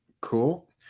Cool